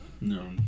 No